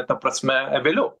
ta prasme vėliau